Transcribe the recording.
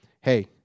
hey